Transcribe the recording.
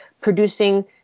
producing